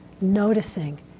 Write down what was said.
noticing